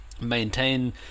maintain